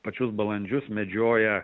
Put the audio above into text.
pačius balandžius medžioja